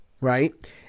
right